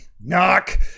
Knock